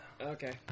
Okay